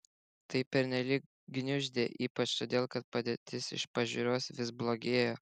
tai pernelyg gniuždė ypač todėl kad padėtis iš pažiūros vis blogėjo